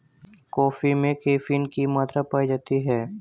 coffee में caffeine की मात्रा पाई जाती है